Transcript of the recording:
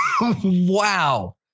Wow